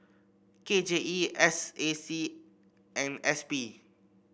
K J E S A C and S P